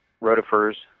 rotifers